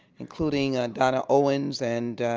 including donna owens and